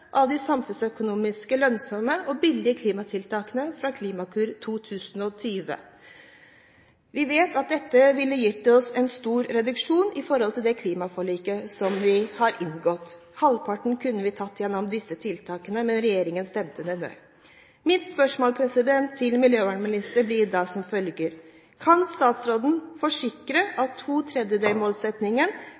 av de samfunnsøkonomisk lønnsomme og billige klimatiltakene fra Klimakur 2020. Vi vet at dette ville gitt oss en stor reduksjon i samsvar med det klimaforliket som vi har inngått. Halvparten kunne vi tatt gjennom disse tiltakene, men regjeringen stemte det ned. Mitt spørsmål til miljøvernministeren blir da som følger: Kan statsråden forsikre at